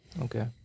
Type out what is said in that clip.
Okay